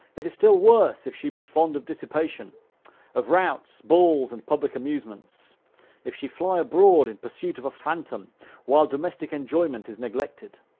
it is still worse if she be fond of dissipation of routs, balls, and public amusements if she fly abroad in pursuit of a phantom while domestic enjoyment is neglected.